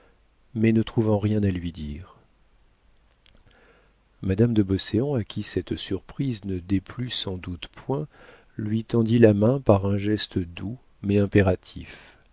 mais ne trouvant rien à lui dire madame de beauséant à qui cette surprise ne déplut sans doute point lui tendit la main par un geste doux mais impératif